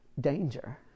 danger